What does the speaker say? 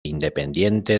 independiente